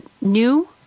new